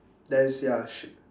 there is ya shoot